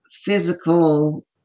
physical